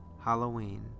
Halloween